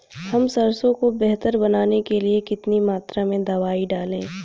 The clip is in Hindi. हम सरसों को बेहतर बनाने के लिए कितनी मात्रा में दवाई डालें?